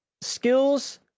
skills